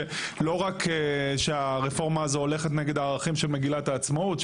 שלא רק שהרפורמה הזו הולכת נגד הערכים של מגילת העצמאות,